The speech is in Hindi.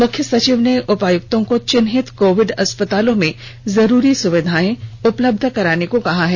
मुख्य सचिव ने उपायुक्तों चिह्नित कोविड अस्पतालों में जरूरी सुविधाएं उपलब्ध कराने को कहा है